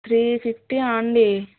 three fifty అండి